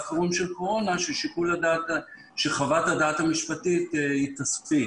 חירום של קורונה כאשר חוות הדעת המשפטית תספיק.